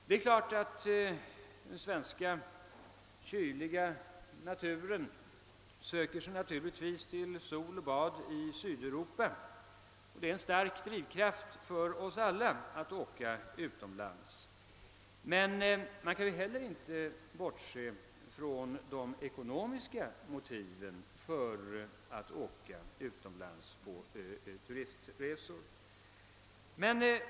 Det kyliga svenska klimatet gör naturligtvis att människorna söker sig till sol och bad i Sydeuropa — det är en stark drivkraft för oss alla att åka utomlands. Men man kan inte heller bortse från de ekonomiska motiven för turistresor.